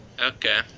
Okay